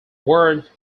word